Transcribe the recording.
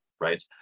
Right